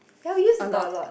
ya we used to talk a lot